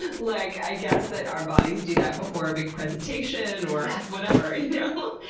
ah like i guess that our bodies do that before a big presentation or whatever, you know.